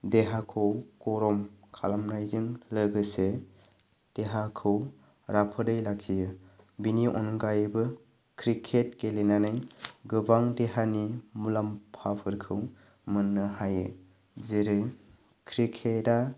देहाखौ गरम खालामनायजों लोगोसे देहाखौ राफोदै लाखियो बिनि अनगायैबो क्रिकेट गेलेनानै गोबां देहानि मुलाम्फाफोरखौ मोननो हायो जेरै क्रिकेटआ